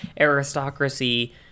aristocracy